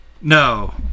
no